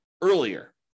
earlier